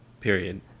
Period